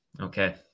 Okay